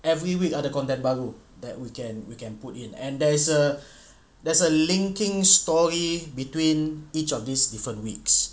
every week ada content baru that we can we can put in and there's a there's a linking story between each of these different weeks